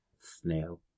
snail